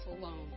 alone